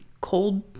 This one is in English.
cold